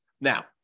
Now